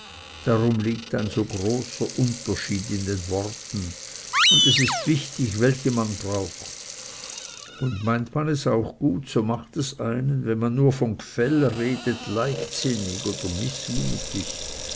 darum liegt ein so großer unterschied in den worten und es ist wichtig welche man braucht und meint man es auch gut so macht es einen wenn man nur von gfell redet leichtsinnig oder mißmutig